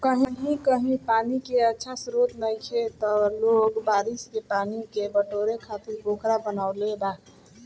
कही कही पानी के अच्छा स्त्रोत नइखे त लोग बारिश के पानी के बटोरे खातिर पोखरा के बनवले बा